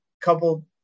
couple